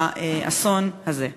באסון הזה.